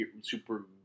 super